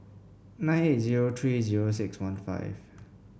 nine eight zero three zero six one five